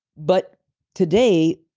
but today,